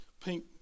pink